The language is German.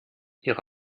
ihre